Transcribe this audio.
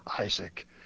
Isaac